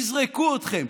יזרקו אתכם.